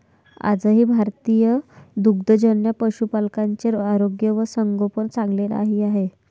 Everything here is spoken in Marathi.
आजही भारतीय दुग्धजन्य पशुपालकांचे आरोग्य व संगोपन चांगले नाही आहे